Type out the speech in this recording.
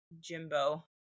Jimbo